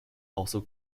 also